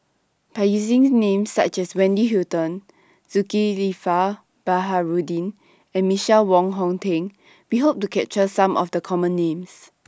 By using Names such as Wendy Hutton Zulkifli Baharudin and Michael Wong Hong Teng We Hope to capture Some of The Common Names